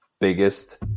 biggest